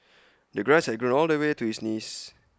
the grass had grown all the way to his knees